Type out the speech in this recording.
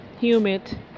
humid